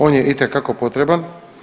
On je itekako potreban.